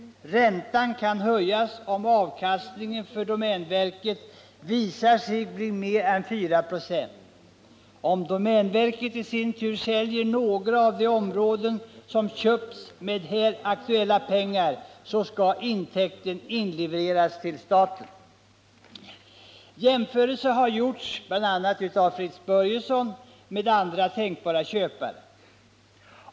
Räntan kan höjas om avkastningen för domänverket visar sig bli mer än 4 96. Om domänverket i sin tur säljer några av de områden som köps med här aktuella pengar, så skall intäkten inlevereras till staten. Jämförelse har gjorts, bl.a. av Fritz Börjesson, med andra tänkbara köpare.